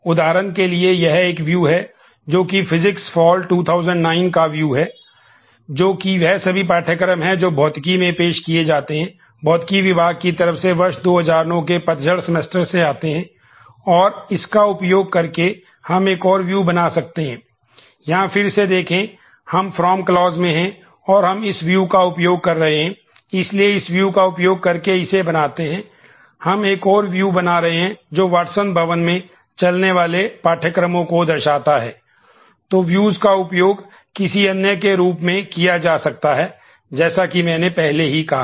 उदाहरण के लिए यह एक व्यू का उपयोग किसी अन्य के रूप में किया जा सकता है जैसा कि मैंने पहले ही कहा है